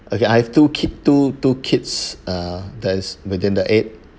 okay I have two ki~ two two kids uh that is within the eight